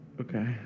Okay